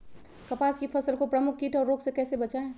कपास की फसल को प्रमुख कीट और रोग से कैसे बचाएं?